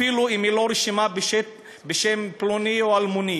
אפילו אם היא לא רשומה בשם פלוני או אלמוני,